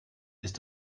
ist